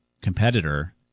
competitor